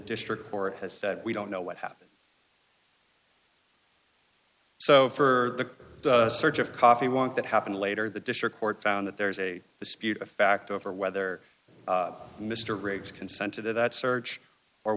district or it has said we don't know what happened so for the search of coffee want that happened later the district court found that there's a dispute of fact over whether mr riggs consented to that search or